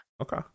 Okay